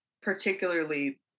particularly